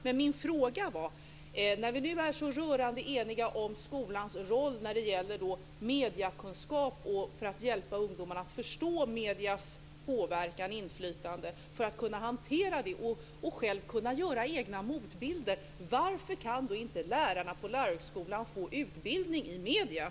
Men min fråga var: När vi nu är så rörande eniga om skolans roll när det gäller mediekunskap för att hjälpa ungdomarna att förstå mediernas påverkan och inflytande så att de ska kunna hantera detta och kunna göra egna motbilder, varför kan inte lärarna på Lärarhögskolan få utbildning i medier?